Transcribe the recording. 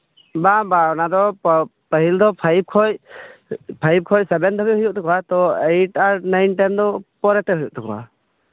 ᱵᱟᱝ ᱵᱟᱝ ᱯᱟᱹᱦᱤᱞ ᱫᱚ ᱯᱷᱟᱭᱤᱵᱽ ᱠᱷᱚᱡ ᱯᱷᱟᱭᱤᱵᱽ ᱠᱷᱚᱡ ᱥᱮᱵᱷᱮᱱ ᱫᱷᱟᱵᱡ ᱦᱩᱭᱩᱜ ᱛᱟᱠᱚᱣᱟ ᱛᱳ ᱮᱭᱤᱴ ᱟᱨ ᱱᱟᱭᱤᱱ ᱴᱮᱱ ᱫᱚ ᱛᱟᱭᱚᱢ ᱛᱮ ᱦᱩᱭᱩᱜ ᱛᱟᱠᱚᱣᱟ